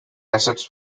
assets